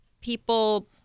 people